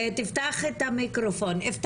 אני רוצה להתייחס לנקודה של "הבן